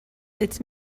its